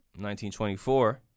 1924